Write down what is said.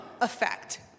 effect